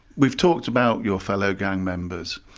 we've talked about your fellow gang members,